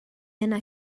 yna